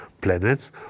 planets